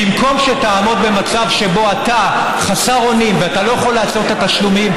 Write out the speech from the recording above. במקום שתעמוד במצב שבו אתה חסר אונים ואתה לא יכול לעצור את התשלומים,